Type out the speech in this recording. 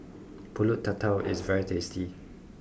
pulut tatal is very tasty